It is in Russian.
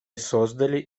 создали